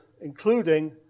including